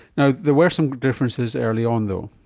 you know there were some differences early on though.